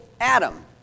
Adam